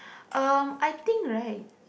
um I think right